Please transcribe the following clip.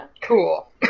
Cool